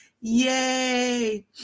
Yay